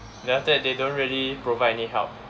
then after that they don't really provide any help